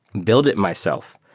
build it myself.